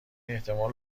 احتمال